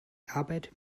arbeit